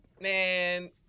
Man